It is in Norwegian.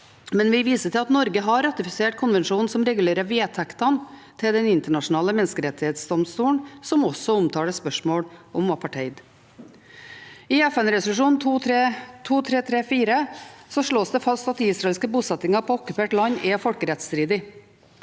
men vi viser til at Norge har ratifisert konvensjonen som regulerer vedtektene til Den internasjonale straffedomstolen, og som også omtaler spørsmål om apartheid. I FN-resolusjon 2334 slås det fast at israelske bosettinger på okkupert land er folkerettsstridig.